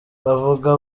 bavuga